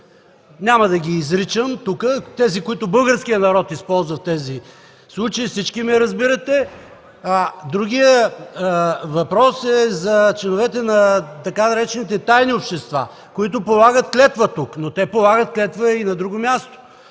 няма да ги изричам тук – тези думи, които българският народ използва в такива случаи, всички ме разбирате. (Шум, оживление.) Другият въпрос е за членовете на така наречените „тайни общества”, които полагат клетва тук. Те обаче полагат клетва и на друго място.